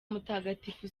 mutagatifu